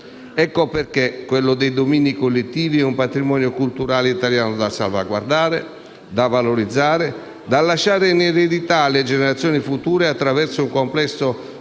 Ecco perché quello dei domini collettivi è un patrimonio culturale italiano da salvaguardare, da valorizzare, da lasciare in eredità alle generazioni future attraverso un complesso normativo